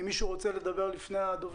אם מישהו רוצה לדבר, בבקשה.